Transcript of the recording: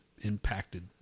impacted